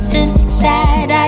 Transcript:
inside